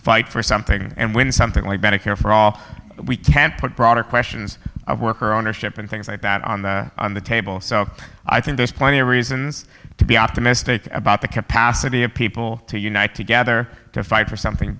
fight for something and when something like medicare for all we can and put broader questions of worker ownership and things like that on the table so i think there's plenty of reasons to be optimistic about the capacity of people to unite together to fight for something